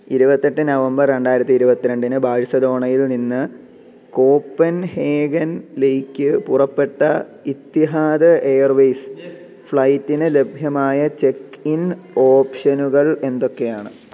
ഇരുപത്തെട്ട് നവംബർ രണ്ടായിരത്തി ഇരുപത്തിരണ്ടിന് ബാഴ്സലോണയിൽ നിന്ന് കോപ്പൻഹേഗനിലേക്ക് പുറപ്പെട്ട ഇത്തിഹാദ് എയർവേയ്സ് ഫ്ലൈറ്റിന് ലഭ്യമായ ചെക്ക് ഇൻ ഓപ്ഷനുകൾ എന്തൊക്കെയാണ്